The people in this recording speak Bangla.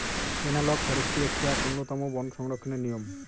এনালগ ফরেষ্ট্রী হচ্ছে এক উন্নতম বন সংরক্ষণের নিয়ম